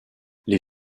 les